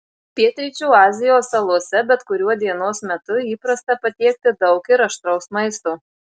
pietryčių azijos salose bet kuriuo dienos metu įprasta patiekti daug ir aštraus maisto